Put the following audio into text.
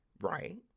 right